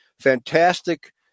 fantastic